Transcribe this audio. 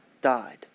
died